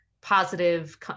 positive